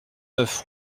neuf